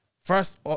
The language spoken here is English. first